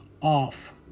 off